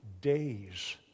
days